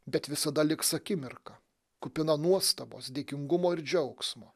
bet visada liks akimirka kupina nuostabos dėkingumo ir džiaugsmo